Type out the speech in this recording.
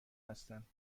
هستند